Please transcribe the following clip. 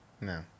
no